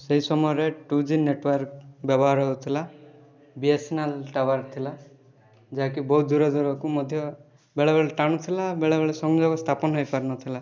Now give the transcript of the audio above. ସେହି ସମୟରେ two G network ବ୍ୟବହାର ହେଉଥିଲା B S N L tower ଥିଲା ଯାହାକି ବହୁତ ଦୂର ଦୂରକୁ ମଧ୍ୟ ବେଳେବେଳେ ଟାଣୁଥିଲା ବେଳେବେଳେ ସଂଯୋଗ ସ୍ଥାପନ ହେଇପାରୁନଥିଲା